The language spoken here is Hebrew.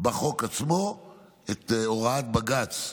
בחוק עצמו את הוראת בג"ץ,